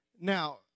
Now